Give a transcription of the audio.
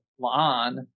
La'an